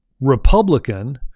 Republican